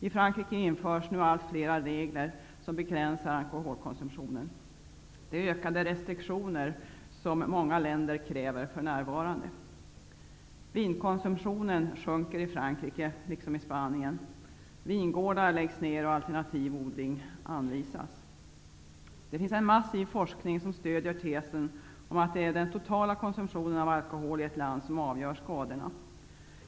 I Frankrike införs nu allt fler regler som syftar till att begränsa alkoholkonsumtionen. Många länder kräver ökade restriktioner. Vinkonsumtionen sjunker i Frankrike liksom i Det finns en massiv forskning som stöder tesen om att det är den totala konsumtionen av alkohol i ett land som avgör skadornas omfattning.